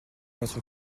votre